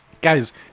Guys